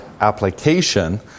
application